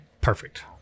perfect